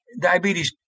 diabetes